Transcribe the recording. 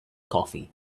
coffee